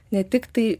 ne tiktai